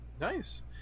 nice